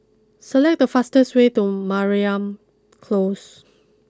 select the fastest way to Mariam close